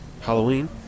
Halloween